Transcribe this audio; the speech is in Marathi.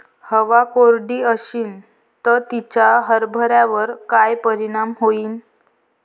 हवा कोरडी अशीन त तिचा हरभऱ्यावर काय परिणाम होईन?